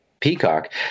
peacock